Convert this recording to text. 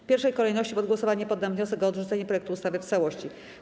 W pierwszej kolejności pod głosowanie poddam wniosek o odrzucenie projektu ustawy w całości.